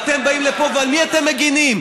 ואתם באים לפה ועל מי אתם מגינים?